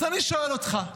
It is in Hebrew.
אז אני שואל אותך: